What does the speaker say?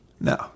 No